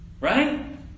Right